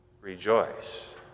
rejoice